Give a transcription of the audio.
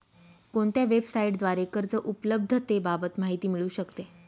कोणत्या वेबसाईटद्वारे कर्ज उपलब्धतेबाबत माहिती मिळू शकते?